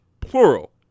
plural